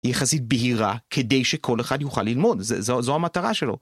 יחסית בהירה כדי שכל אחד יוכל ללמוד, זו המטרה שלו.